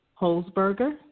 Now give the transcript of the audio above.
Holzberger